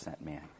man